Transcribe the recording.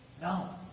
No